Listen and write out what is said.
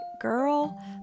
girl